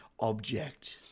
object